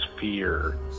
fear